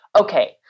Okay